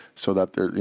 so that there you